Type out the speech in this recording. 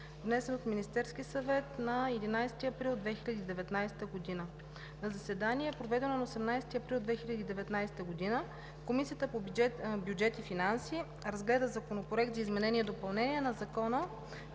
внесен от Министерския съвет на 11 април 2019 г. На заседание, проведено на 18 април 2019 г., Комисията по бюджет и финанси разгледа Законопроект за изменение и допълнение на Закона